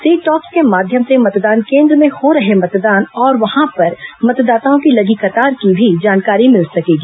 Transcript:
सी टॉप्स के माध्यम से मतदान केंद्र में हो रहे मतदान और वहाँ पर मतदाताओं की लगी कतार की भी जानकारी मिल सकेगी